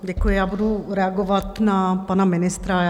Děkuji, budu reagovat na pana ministra.